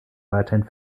weiterhin